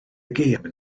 gêm